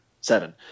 seven